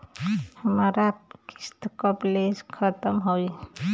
हमार किस्त कब ले खतम होई?